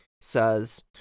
says